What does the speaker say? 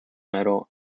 metal